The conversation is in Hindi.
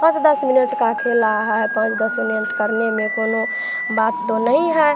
पाँच दस मिनट का खेला है पाँच दस मिनट करने में कोई बात तो नहीं है